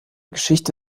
geschichte